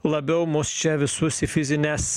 labiau mus čia visus į fizines